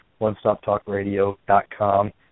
OnestopTalkRadio.com